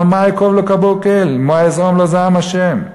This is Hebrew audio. מה אקֹב לא קבֹה אל ומה אזעם לא זעם ה'";